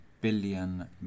billion